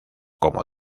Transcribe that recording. como